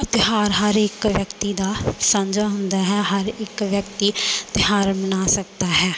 ਤਿਉਹਾਰ ਹਰ ਇੱਕ ਵਿਅਕਤੀ ਦਾ ਸਾਂਝਾ ਹੁੰਦਾ ਹੈ ਹਰ ਇੱਕ ਵਿਅਕਤੀ ਤਿਉਹਾਰ ਮਨਾ ਸਕਦਾ ਹੈ